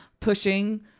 Pushing